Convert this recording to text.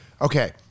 Okay